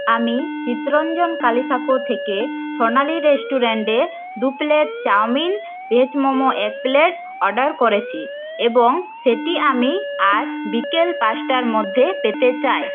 আমি চিত্তরঞ্জন কালীসাকো থেকে স্বর্নালী রেস্টুরেন্টে দু প্লেট চাউমিন ভেজ মোমো এক প্লেট অর্ডার করেছি এবং সেটি আমি আজ বিকেল পাঁচটার মধ্যে পেতে চাই